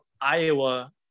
Iowa